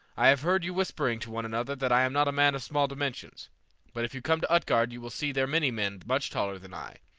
i have heard you whispering to one another that i am not a man of small dimensions but if you come to utgard you will see there many men much taller than i.